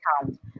count